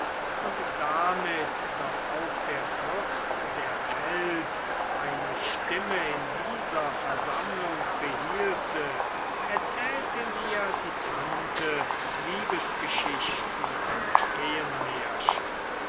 und damit doch auch der fürst der welt eine stimme in dieser versammlung behielte erzählte mir die tante liebesgeschichten und